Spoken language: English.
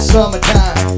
summertime